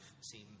seem